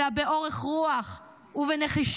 אלא באורך רוח ובנחישות,